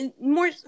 more